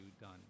done